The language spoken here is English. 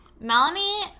Melanie